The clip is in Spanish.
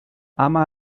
ama